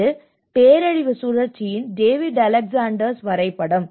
இது பேரழிவு சுழற்சியின் டேவிட் அலெக்ஸாண்டர்ஸ் வரைபடம்